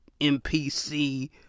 NPC